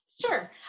Sure